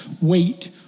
wait